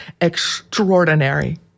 extraordinary